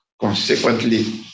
consequently